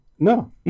No